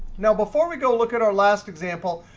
now before we go look at our last example,